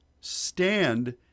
stand